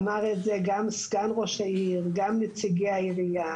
אמר את זה גם סגן ראש העיר, גם נציגי העירייה,